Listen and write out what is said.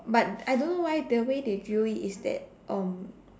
but I don't know why the way they grill it is that um